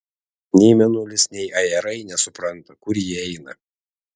nei mėnulis nei ajerai nesupranta kur ji eina